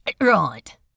Right